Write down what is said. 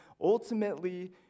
ultimately